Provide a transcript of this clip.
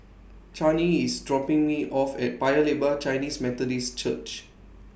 Chanie IS dropping Me off At Paya Lebar Chinese Methodist Church